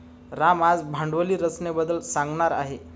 राम आज भांडवली रचनेबद्दल सांगणार आहे